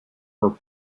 were